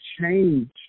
change